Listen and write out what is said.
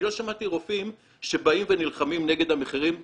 לא שמעתי רופאים שנלחמים נגד המחירים החזיריים,